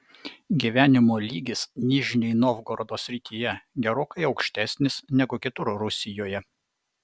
gyvenimo lygis nižnij novgorodo srityje gerokai aukštesnis negu kitur rusijoje